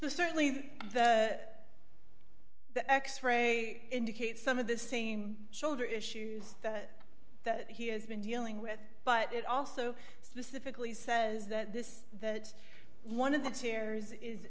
the certainly the x ray indicates some of the same shoulder issues that he has been dealing with but it also specifically says that this that one of the chairs is